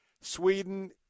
Sweden